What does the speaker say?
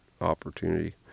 opportunity